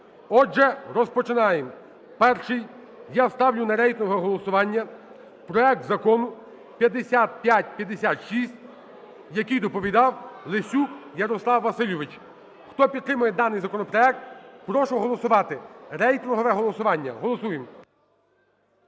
Отже, розпочинаємо. Перший я ставлю на рейтингове голосування проект Закону 5556, який доповідав Лесюк Ярослав Васильович. Хто підтримує даний законопроект, прошу проголосувати. Рейтингове голосування. Голосуємо.